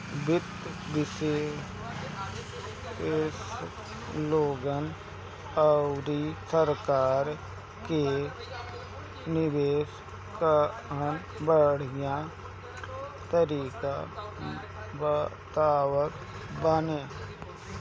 वित्त विशेषज्ञ लोगन अउरी सरकार के निवेश कअ बढ़िया तरीका बतावत बाने